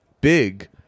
big